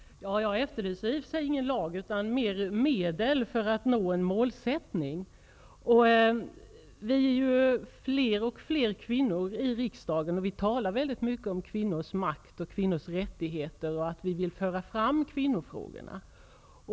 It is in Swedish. Herr talman! Jag efterlyser i och för sig ingen lag, utan mer medel för att nå ett mål. I riksdagen är vi fler och fler kvinnor, och vi talar mycket om kvinnors makt och rättigheter. Vi talar också mycket om att föra fram kvinnofrågorna.